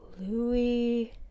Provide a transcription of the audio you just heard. Louis